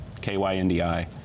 K-Y-N-D-I